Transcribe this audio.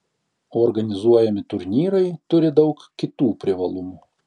organizuojami turnyrai turi daug kitų privalumų